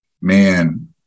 Man